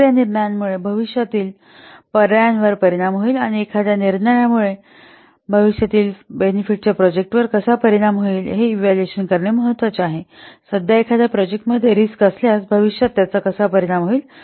तर या निर्णयामुळे भविष्यातील पर्यायांवर परिणाम होईल आणि एखाद्या निर्णयामुळे भविष्यातील फायद्याच्या प्रोजेक्टवर कसा परिणाम होईल हे इव्हॅल्युएशन करणे महत्वाचे आहे सध्या एखाद्या प्रोजेक्ट मध्ये रिस्क असल्यास भविष्यात त्याचा कसा परिणाम होईल